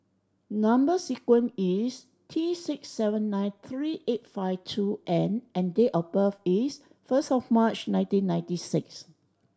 number sequence is T six seven nine three eight five two N and date of birth is first of March nineteen ninety six